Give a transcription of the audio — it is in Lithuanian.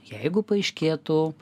jeigu paaiškėtų